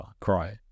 Cry